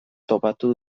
topatu